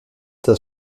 das